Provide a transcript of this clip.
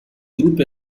gruppi